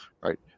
right